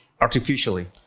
artificially